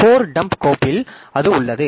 core dump கோப்பில் அது உள்ளது